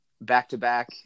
back-to-back